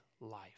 life